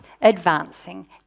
advancing